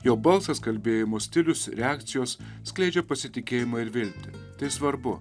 jo balsas kalbėjimo stilius reakcijos skleidžia pasitikėjimą ir viltį tai svarbu